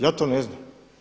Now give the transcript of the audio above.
Ja to ne znam.